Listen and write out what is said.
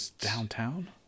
Downtown